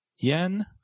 yen